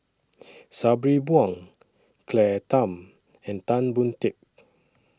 Sabri Buang Claire Tham and Tan Boon Teik